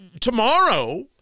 tomorrow